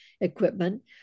equipment